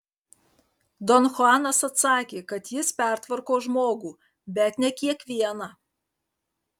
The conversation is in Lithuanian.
don chuanas atsakė kad jis pertvarko žmogų bet ne kiekvieną